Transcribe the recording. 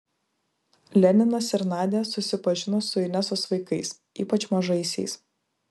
leninas ir nadia susipažino su inesos vaikais ypač mažaisiais